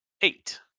Eight